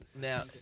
Now